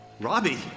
Robbie